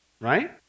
Right